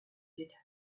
detect